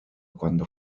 quando